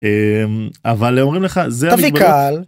אבל אומרים לך זה תביא קהל.